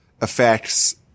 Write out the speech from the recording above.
affects –